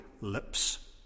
lips